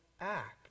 act